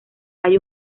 hay